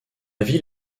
ville